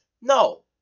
no